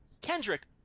Kendrick